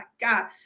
God